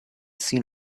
seen